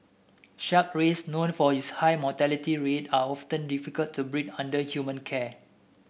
shark rays known for its high mortality rate are often difficult to breed under human care